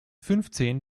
fünfzehn